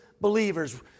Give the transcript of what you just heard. believers